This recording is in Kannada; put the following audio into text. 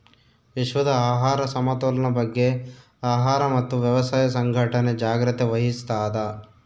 ವಿಶ್ವದ ಆಹಾರ ಸಮತೋಲನ ಬಗ್ಗೆ ಆಹಾರ ಮತ್ತು ವ್ಯವಸಾಯ ಸಂಘಟನೆ ಜಾಗ್ರತೆ ವಹಿಸ್ತಾದ